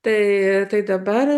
tai tai dabar